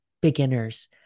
beginners